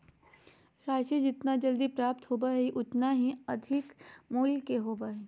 राशि जितना जल्दी प्राप्त होबो हइ उतना ही अधिक मूल्य के होबो हइ